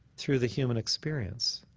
through the human experience.